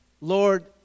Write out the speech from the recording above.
Lord